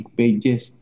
pages